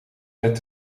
net